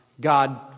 God